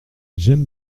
j’aime